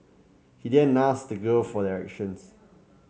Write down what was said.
he then asked the girl for directions